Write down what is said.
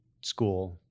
school